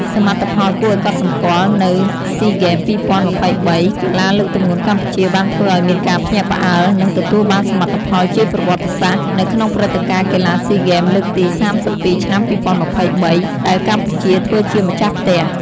សមិទ្ធផលគួរឱ្យកត់សម្គាល់នៅ SEA Games 2023 កីឡាលើកទម្ងន់កម្ពុជាបានធ្វើឱ្យមានការភ្ញាក់ផ្អើល និងទទួលបានសមិទ្ធផលជាប្រវត្តិសាស្ត្រ នៅក្នុងព្រឹត្តិការណ៍កីឡាស៊ីហ្គេមលើកទី៣២ ឆ្នាំ២០២៣ ដែលកម្ពុជាធ្វើជាម្ចាស់ផ្ទះ។